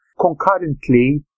Concurrently